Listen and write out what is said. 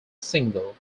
single